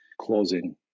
closing